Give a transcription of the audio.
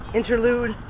interlude